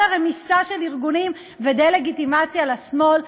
הרמיסה של ארגונים ודה-לגיטימציה לשמאל,